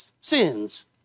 sins